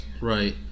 Right